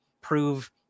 prove